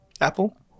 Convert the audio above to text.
Apple